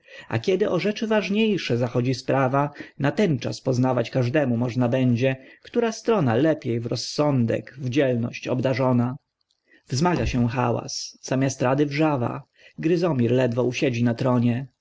a kiedy o rzeczy ważniejsze zachodzi sprawa natenczas poznawać każdemu można będzie która strona lepiej w rozsądek w dzielność obdarzona wzmaga się hałas zamiast rady wrzawa gryzomir ledwo usiedzi na tronie